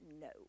no